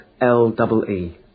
L-double-E